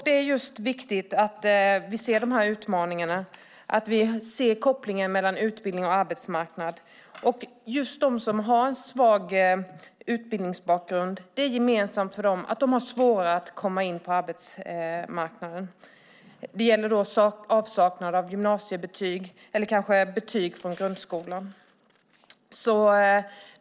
Det är också viktigt att vi ser utmaningarna och kopplingen mellan utbildning och arbetsmarknad. Det som är gemensamt för dem med en svag utbildningsbakgrund är att de har svårare att komma in på arbetsmarknaden. Det gäller avsaknad av gymnasiebetyg eller kanske betyg från grundskolan.